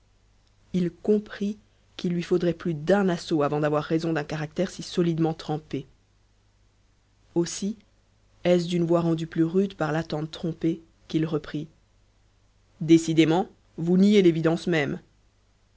il comprit qu'il lui faudrait plus d'un assaut avant d'avoir raison d'un caractère si solidement trempé aussi est-ce d'une voix rendue plus rude par l'attente trompée qu'il reprit décidément vous niez l'évidence même